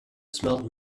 smelled